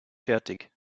fertig